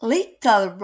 Little